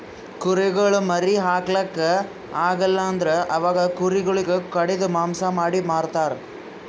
ಕುರಿಗೊಳ್ ಮರಿ ಹಾಕ್ಲಾಕ್ ಆಗಲ್ ಅಂದುರ್ ಅವಾಗ ಕುರಿ ಗೊಳಿಗ್ ಕಡಿದು ಮಾಂಸ ಮಾಡಿ ಮಾರ್ತರ್